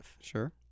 sure